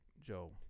Joe